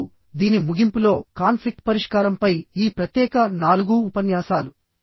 ఇప్పుడు దీని ముగింపులో కాన్ఫ్లిక్ట్ పరిష్కారంపై ఈ ప్రత్యేక 4 ఉపన్యాసాలు